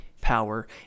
power